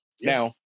Now